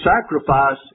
sacrifice